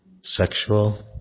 sexual